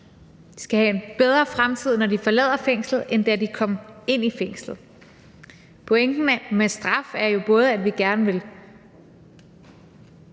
De skal have en bedre fremtid, når de forlader fængslet, end da de kom ind i fængslet. Pointen med straf er jo både, at vi gerne vil